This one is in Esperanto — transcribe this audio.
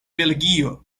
belgio